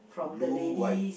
blue white